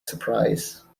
surprise